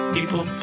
People